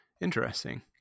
Interesting